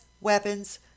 weapons